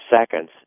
seconds